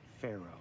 pharaoh